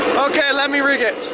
okay, let me rig it.